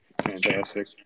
Fantastic